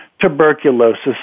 tuberculosis